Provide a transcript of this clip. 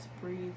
breathe